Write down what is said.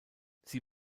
sie